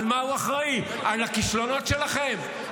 למה הוא אחראי, לכישלונות שלכם?